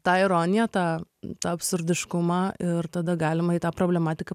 tą ironiją tą tą absurdiškumą ir tada galima į tą problematiką